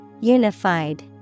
Unified